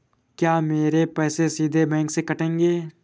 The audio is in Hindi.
क्या मेरे पैसे सीधे बैंक से कटेंगे?